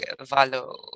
Valo